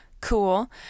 cool